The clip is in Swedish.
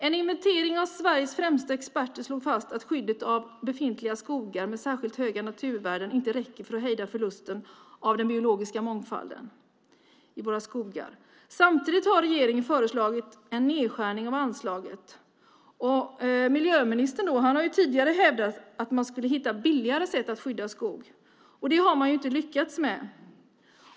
En inventering av Sveriges främsta experter slog fast att skyddet av befintliga skogar med särskilt höga naturvärden inte räcker för att hejda förlusten av den biologiska mångfalden i våra skogar. Samtidigt har regeringen föreslagit en nedskärning av anslaget. Miljöministern har tidigare hävdat att man skulle hitta billigare sätt att skydda skog. Det har man inte lyckats med.